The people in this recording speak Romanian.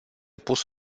pus